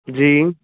جی